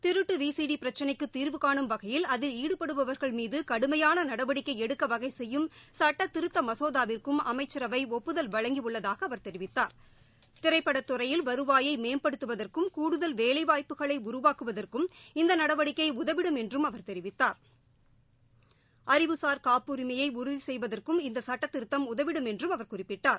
திருட்டு வீசிடி பிரக்சினைக்கு தீர்வுகானும் வகையில் அதில் ஈடுபடுவர்கள் மீது கடுமையான நடவடிக்கை எடுக்க வகை செய்யும் சட்ட திருத்த மசோதாவிற்கும் அமைச்சரவை ஒப்புதல் வழங்கியுள்ளதாக அவர் தெரிவித்தார் திரைப்படத்துறையில் வருவாயை வேலைவாய்ப்புக்களை உருவாக்குவதற்கும் இந்த நடவடிக்கை உதவிடும் என்றும் அவர் தெரிவித்தார் அறிவுசார் காப்புரிமையை உறுதி செய்வதற்கும் இந்த சுட்டத்திருத்தம் உதவிடும் என்றும் அவர் குறிப்பிட்டார்